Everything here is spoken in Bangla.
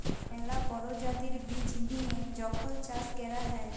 ম্যালা পরজাতির বীজ দিঁয়ে যখল চাষ ক্যরা হ্যয়